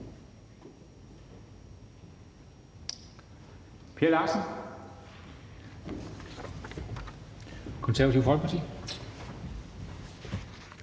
Per Larsen, Det Konservative Folkeparti.